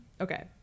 Okay